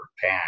pack